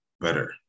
better